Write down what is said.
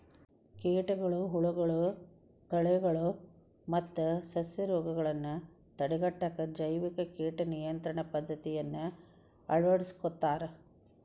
ಕೇಟಗಳು, ಹುಳಗಳು, ಕಳೆಗಳು ಮತ್ತ ಸಸ್ಯರೋಗಗಳನ್ನ ತಡೆಗಟ್ಟಾಕ ಜೈವಿಕ ಕೇಟ ನಿಯಂತ್ರಣ ಪದ್ದತಿಯನ್ನ ಅಳವಡಿಸ್ಕೊತಾರ